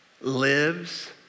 lives